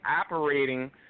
operating